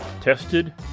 Tested